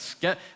get